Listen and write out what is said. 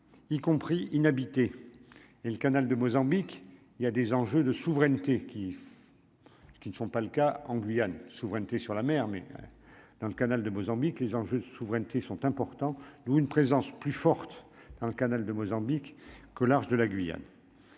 y compris inhabité et le canal de Mozambique il y a des enjeux de souveraineté qui qui ne font pas le cas en Guyane souveraineté sur la mer, mais dans le canal de Mozambique : les enjeux de souveraineté sont importants, d'où une présence plus forte dans le canal de Mozambique que large de la Guyane.